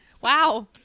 Wow